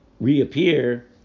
reappear